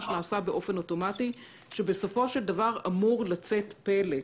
נעשה באופן אוטומטי ובסופו של דבר אמור לצאת פלט